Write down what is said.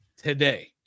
Today